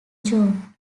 june